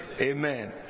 Amen